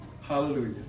Hallelujah